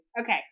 okay